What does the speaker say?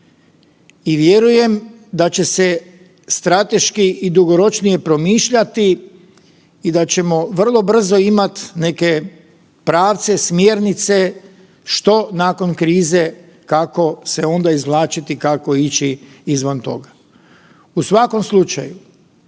i vjerujem da će se strateški i dugoročnije promišljati i da ćemo vrlo brzo imat neke pravce, smjernice što nakon krize, kako se onda izvlačiti, kako ići izvan toga. U svakom slučaju